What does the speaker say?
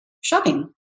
shopping